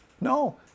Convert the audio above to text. No